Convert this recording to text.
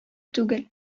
түгел